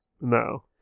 No